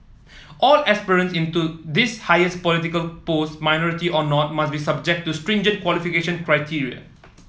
all aspirants in to this highest political post minority or not must be subject to stringent qualification criteria